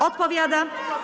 Odpowiada?